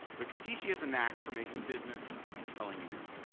but katishi has a knack for making business a compelling read.